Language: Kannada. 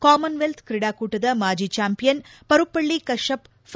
ಕಾಮನ್ವೆಲ್ತ್ ಕ್ರೀಡಾಕೂಟದ ಮಾಜಿ ಚಾಂಪಿಯನ್ ಪರುಪಳ್ಳಿ ಕಶ್ಯಪ್ ಫ